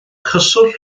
cyswllt